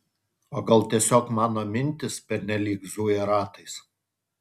o gal tiesiog mano mintys pernelyg zuja ratais